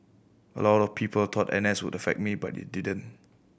a lot of people thought N S would affect me but it didn't